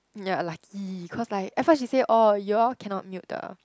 ya lucky cause like at first she say orh you all cannot mute the